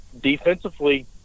defensively